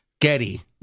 Getty